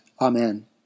Amen